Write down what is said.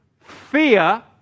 Fear